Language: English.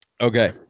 Okay